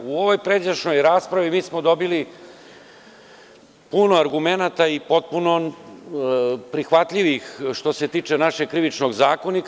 U ovoj pređašnjoj raspravi mi smo dobili puno argumenata i potpuno prihvatljivih što se tiče našeg Krivičnog zakonika.